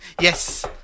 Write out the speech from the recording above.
yes